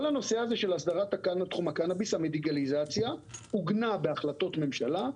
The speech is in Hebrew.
כל הנושא הזה של הסדרת תחום הקנביס המדיקליזציה עוגנה בהחלטות ממשלה,